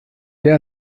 der